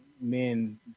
men